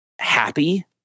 happy